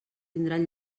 tindran